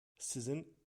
sizin